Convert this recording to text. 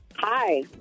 Hi